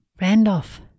Randolph